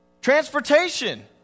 Transportation